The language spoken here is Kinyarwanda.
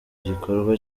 gikorwa